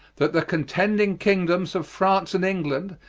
that the contending kingdomes of france and england,